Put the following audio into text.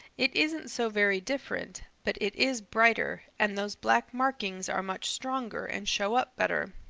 it isn't so very different, but it is brighter, and those black markings are much stronger and show up better.